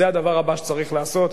זה הדבר הבא שצריך לעשות,